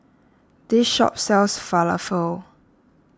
this shop sells Falafel